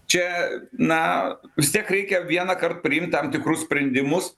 čia na vis tiek reikia vienąkart priimt tam tikrus sprendimus